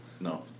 No